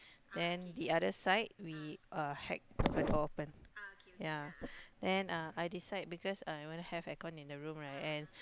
then the other side we uh hack the door open ya then uh I decide because I wanna have air con in the room right and